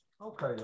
Okay